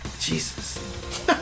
Jesus